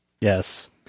Yes